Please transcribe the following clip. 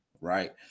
right